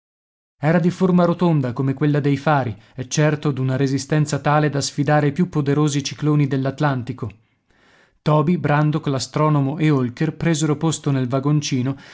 era di forma rotonda come quella dei fari e certo d'una resistenza tale da sfidare i più poderosi cicloni dell'atlantico toby brandok l'astronomo e holker presero posto nel